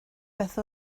beth